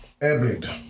Airblade